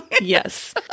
Yes